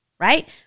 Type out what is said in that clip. Right